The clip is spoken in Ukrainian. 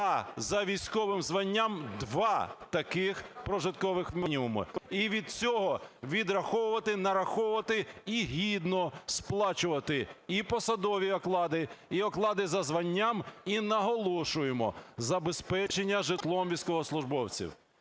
а за військовим званням – два таких прожиткових мінімумів. І від цього відраховувати, нараховувати і гідно сплачувати і посадові оклади, і оклади за званням, і, наголошуємо, забезпечення житлом військовослужбовців.